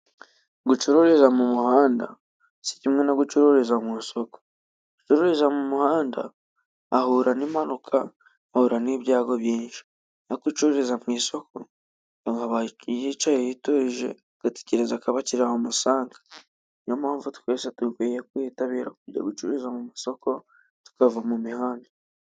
Gucururiza mu muhanda si kimwe no gucururiza mu isoko. Gucururiza mu muhanda ahura n'impanuka, uhura n'ibyago byinshi. Ariko ucururiza ku isoko aba yicaye yiturije, agategereza ko abakira bamusanga. Niyo mpamvu twese dukwiye kwitabira kujya gucururiza mu masoko tukava mu mihanda.